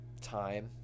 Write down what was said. time